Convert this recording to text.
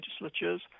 legislatures